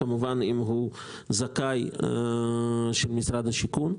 כמובן אם הוא זכאי של משרד השיכון.